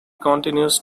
continues